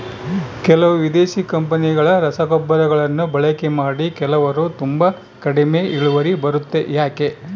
ಕೆಲವು ವಿದೇಶಿ ಕಂಪನಿಗಳ ರಸಗೊಬ್ಬರಗಳನ್ನು ಬಳಕೆ ಮಾಡಿ ಕೆಲವರು ತುಂಬಾ ಕಡಿಮೆ ಇಳುವರಿ ಬರುತ್ತೆ ಯಾಕೆ?